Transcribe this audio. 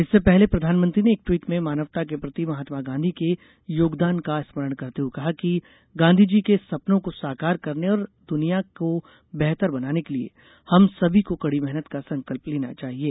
इससे पहले प्रधानमंत्री ने एक ट्वीट में मानवता के प्रति महात्मा गांधी के योगदान का स्मरण करते हुए कहा कि गांधीजी के सपनों को साकार करने और दुनिया को बेहतर बनाने के लिये हम सभी को कड़ी मेहनत का संकल्प लेना चाहिये